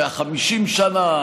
150 שנה,